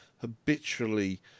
habitually